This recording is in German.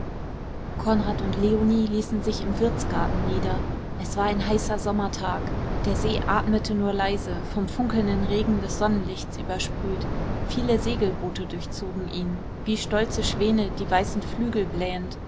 konrad und leonie ließen sich im wirtsgarten nieder es war ein heißer sommertag der see atmete nur leise vom funkelnden regen des sonnenlichts übersprüht viele segelboote durchzogen ihn wie stolze schwäne die weißen flügel blähend